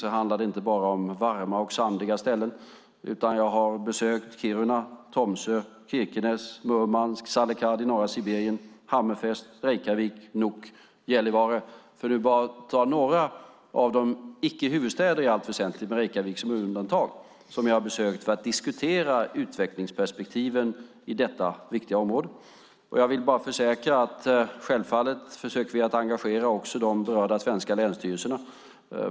Det handlar inte bara om varma och sandiga ställen, utan jag har besökt Kiruna, Tromsö, Kirkenes, Murmansk, Salekhard i norra Sibirien, Hammerfest, Reykjavik, Nuuk och Gällivare - för att bara ta några av de icke huvudstäder, i allt väsentligt, med Reykjavik som undantag, som jag har besökt för att diskutera utvecklingsperspektiven i detta viktiga område. Jag vill bara försäkra att vi självfallet försöker att engagera också de berörda svenska länsstyrelserna.